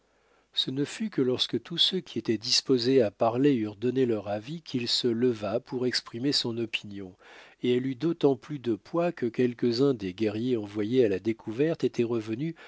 ce ne fut que lorsque tous ceux qui étaient disposés à parler eurent donné leur avis qu'il se leva pour exprimer son opinion et elle eut d'autant plus de poids que quelques-uns des guerriers envoyés à la découverte étaient revenus